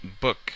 book